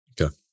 Okay